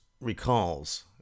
recalls